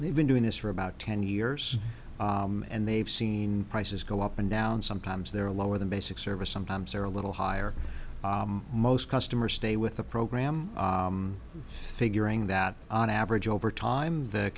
vineyard they've been doing this for about ten years and they've seen prices go up and down sometimes they're lower than basic service sometimes they're a little higher most customers stay with the program figuring that on average over time th